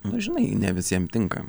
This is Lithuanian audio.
nu žinai ne visiem tinka